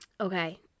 Okay